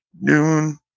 noon